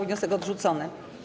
Wniosek odrzucony.